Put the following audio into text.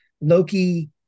Loki